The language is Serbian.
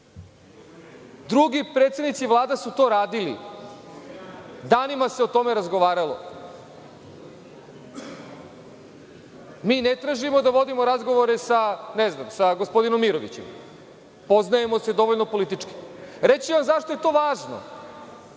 Drugi predsednici vlada su to radili. Danima se o tome razgovaralo. Mi ne tražimo da vodimo razgovore sa gospodinom Mirovićem. Poznajemo se dovoljno politički. Reći ću vam zašto je to važno.